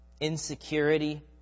insecurity